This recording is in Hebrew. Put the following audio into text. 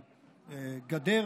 הגדר,